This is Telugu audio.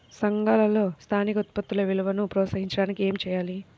సంఘాలలో స్థానిక ఉత్పత్తుల విలువను ప్రోత్సహించడానికి ఏమి చేయాలి?